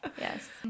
Yes